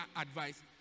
advice